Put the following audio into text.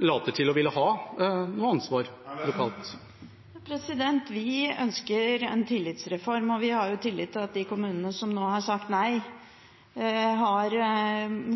later til å ville ha noe ansvar? Vi ønsker en tillitsreform, og vi har tillit til at de kommunene som nå har sagt nei, har